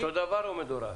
אותו דבר או מדורג?